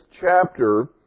chapter